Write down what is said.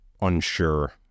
unsure